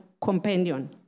companion